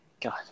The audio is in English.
god